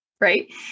Right